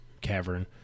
Cavern